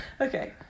Okay